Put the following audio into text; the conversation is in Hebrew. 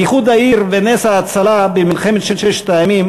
איחוד העיר ונס ההצלה במלחמת ששת הימים